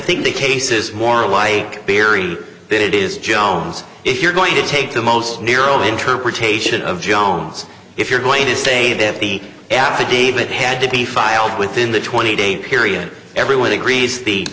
think the case is more like barry it is jones if you're going to take the most narrow interpretation of jones if you're going to say that the affidavit had to be filed within the twenty day period everyone agrees the